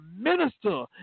Minister